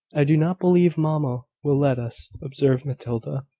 i do not believe mamma will let us, observed matilda.